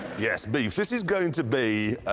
yes, beef. this is going to be